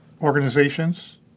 organizations